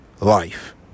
Life